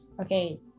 okay